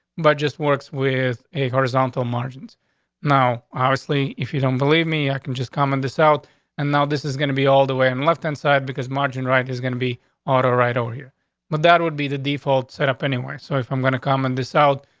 but just works with a horizontal margins now, obviously, if you don't believe me, i can just come in this out and now this is gonna be all the way and left inside because margin right is gonna be auto right over here. but that would be the default set up anyway. so if i'm gonna come and this out,